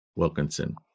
wilkinson